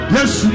Yes, (